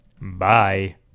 Bye